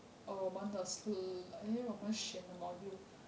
我们的因为我们选的 module